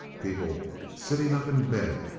people sitting up in bed,